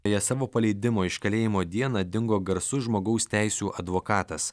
beje savo paleidimo iš kalėjimo dieną dingo garsus žmogaus teisių advokatas